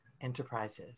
Enterprises